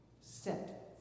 set